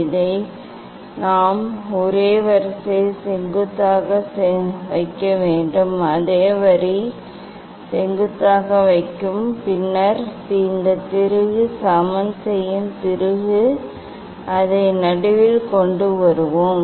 இதை நாம் ஒரே வரிசையில் செங்குத்தாக வைக்க வேண்டும் அதே வரி செங்குத்தாக வைக்கும் பின்னர் இந்த திருகு சமன் செய்யும் திருகு அதை நடுவில் கொண்டு வருவோம்